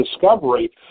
discovery